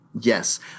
Yes